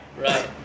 Right